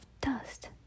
dust